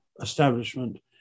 establishment